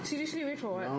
seriously you wait for what